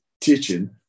teaching